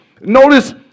Notice